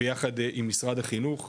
ביחד עם משרד החינוך,